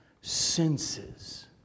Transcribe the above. senses